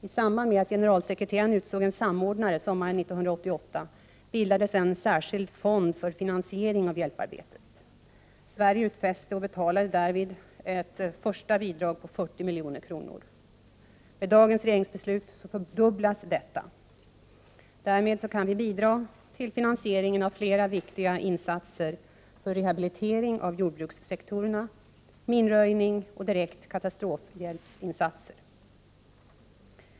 I samband med att generalsekreteraren utsåg en samordnare sommaren 1988 bildades en särskild fond för finansieringen av hjälparbetet. Sverige utfäste och utbetalade härvid ett första bidrag på 40 milj.kr. Med dagens regeringsbeslut fördubblas detta. Därmed kan vi bidra till finansieringen av flera viktiga insatser för rehabilitering av jordbrukssektorerna, minröjning och direkta katastrofhjälpinsatser.